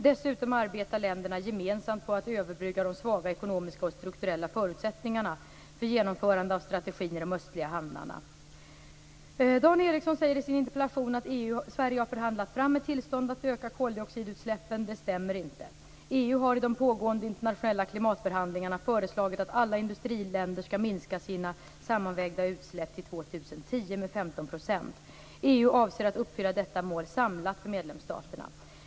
Dessutom arbetar länderna gemensamt på att överbrygga de svaga ekonomiska och strukturella förutsättningarna för genomförande av strategin i de östliga hamnarna. Dan Ericsson säger i sin interpellation att Sverige har förhandlat fram ett tillstånd att öka koldioxidutsläppen. Det stämmer inte. EU har i de pågående internationella klimatförhandlingarna föreslagit att alla industriländer skall minska sina sammanvägda utsläpp med 15 % till år 2010. EU avser att uppfylla detta mål samlat för medlemsstaterna.